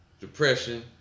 depression